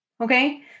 okay